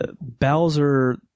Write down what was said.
bowser